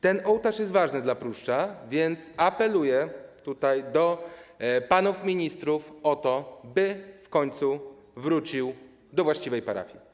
Ten ołtarz jest ważny dla Pruszcza, więc apeluję do panów ministrów o to, by w końcu wrócił do właściwej parafii.